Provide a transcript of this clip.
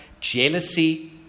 jealousy